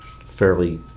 fairly